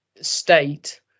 state